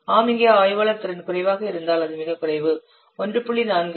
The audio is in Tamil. ஆம் இங்கே ஆய்வாளர் திறன் குறைவாக இருந்தால் அது மிகக் குறைவு 1